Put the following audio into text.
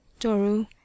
Doru